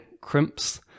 crimps